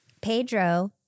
Pedro